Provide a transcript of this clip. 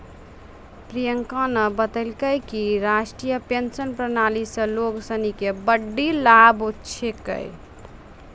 प्रियंका न बतेलकै कि राष्ट्रीय पेंशन प्रणाली स लोग सिनी के बड्डी लाभ छेकै